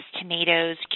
tomatoes